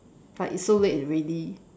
like it's so late already